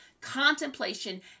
contemplation